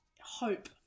hope